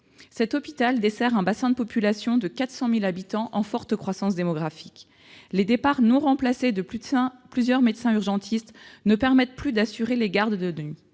Cet hôpital dessert un bassin de population de 400 000 habitants, en forte croissance démographique. Les départs non remplacés de plusieurs médecins urgentistes ne permettent plus d'assurer les gardes de nuit.